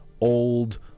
old